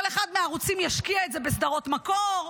אחד מהערוצים ישקיע את זה בסדרות מקור,